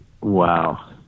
Wow